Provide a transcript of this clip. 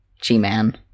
G-Man